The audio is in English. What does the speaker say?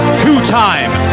two-time